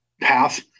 path